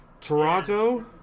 Toronto